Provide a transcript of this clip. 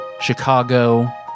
Chicago